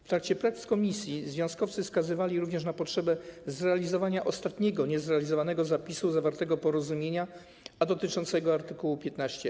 W trakcie prac komisji związkowcy wskazywali również na potrzebę zrealizowania ostatniego niezrealizowanego zapisu zawartego porozumienia, a dotyczącego art. 15a.